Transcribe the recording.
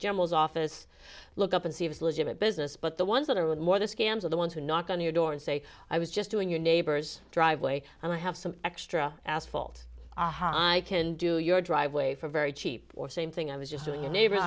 general's office look up and see if it's legit business but the ones that are with more than scams are the ones who knock on your door and say i was just doing your neighbor's driveway and i have some extra asphalt aha i can do your driveway for very cheap or same thing i was just doing a neighbor